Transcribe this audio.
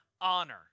honor